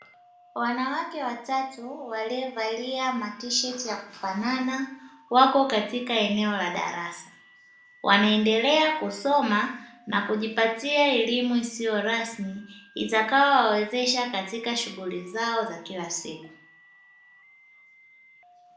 Wanawake watu waliovaa matisheti ya kufanana wako katika eneo la darasa, wanaendelea kusoma na kujipatia elimu isiyorasmi itakayo wawezesha katika shughuli zao za kila siku.